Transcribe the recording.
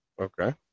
Okay